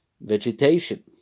vegetation